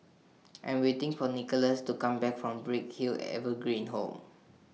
I'm waiting For Nicolas to Come Back from Bright Hill Evergreen Home